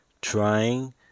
trying